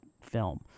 film